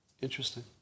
Interesting